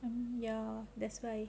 um ya that's why